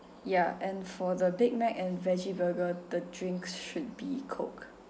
ya and for the Big Mac and veggie burger the drinks should be coke